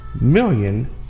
million